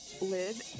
live